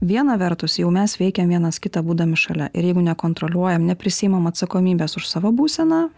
viena vertus jau mes veikiam vienas kitą būdami šalia ir jeigu nekontroliuojam neprisiimam atsakomybės už savo būseną